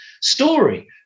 story